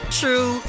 true